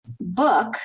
book